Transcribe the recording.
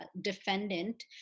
defendant